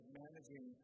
managing